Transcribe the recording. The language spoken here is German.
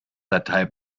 datei